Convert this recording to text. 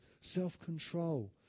self-control